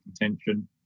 contention